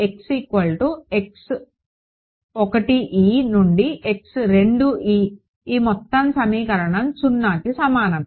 x x 1 e నుండి x 2 e ఈ మొత్తం సమీకరణం సున్నాకి సమానం